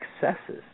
successes